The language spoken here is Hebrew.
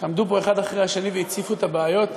שעמדו פה אחד אחרי השני והציפו את הבעיות,